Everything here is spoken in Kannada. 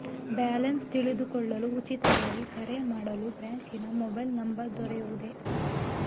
ಬ್ಯಾಲೆನ್ಸ್ ತಿಳಿದುಕೊಳ್ಳಲು ಉಚಿತವಾಗಿ ಕರೆ ಮಾಡಲು ಬ್ಯಾಂಕಿನ ಮೊಬೈಲ್ ನಂಬರ್ ದೊರೆಯುವುದೇ?